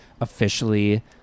officially